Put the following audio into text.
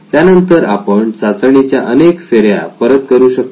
त्यानंतर आपण चाचणीच्या अनेक फेऱ्या परत करू शकतो